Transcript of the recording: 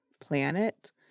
planet